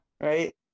Right